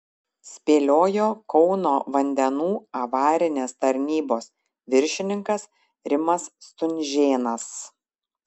spėliojo kauno vandenų avarinės tarnybos viršininkas rimas stunžėnas